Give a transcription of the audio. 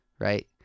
right